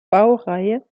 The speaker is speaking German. baureihe